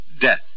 death